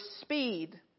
speed